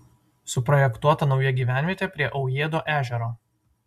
suprojektuota nauja gyvenvietė prie aujėdo ežero